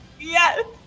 Yes